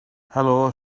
helo